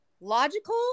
logical